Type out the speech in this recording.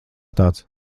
tāds